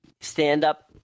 stand-up